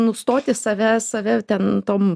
nustoti save save ten tom